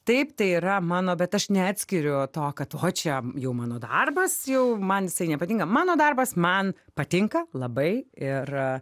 taip tai yra mano bet aš neatskiriu to kad o čia jau mano darbas jau man jisai nepatinka mano darbas man patinka labai ir